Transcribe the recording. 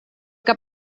que